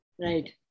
Right